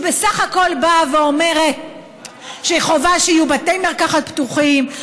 היא בסך הכול באה ואומרת שחובה שיהיו בתי מרקחת פתוחים,